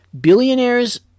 billionaires